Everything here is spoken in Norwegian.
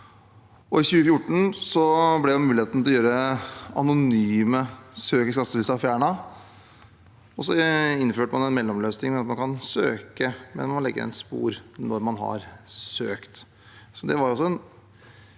I 2014 ble muligheten til å gjøre anonyme søk i skattelistene fjernet, og så innførte man en mellomløsning ved at man kan søke, men legger igjen spor når man har søkt.